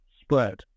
spread